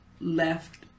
left